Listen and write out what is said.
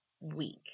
week